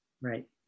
Right